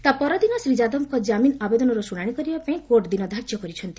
ତା' ପରଦିନ ଶ୍ରୀ ଯାଦବଙ୍କ ଜାମିନ ଆବେଦନର ଶୁଣାଣି କରିବା ପାଇଁ କୋର୍ଟ ଦିନଧାର୍ଯ୍ୟ କରିଛନ୍ତି